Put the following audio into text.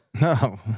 No